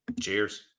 Cheers